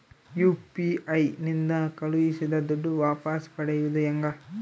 UPI ನಿಂದ ಕಳುಹಿಸಿದ ದುಡ್ಡು ವಾಪಸ್ ಪಡೆಯೋದು ಹೆಂಗ?